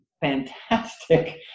fantastic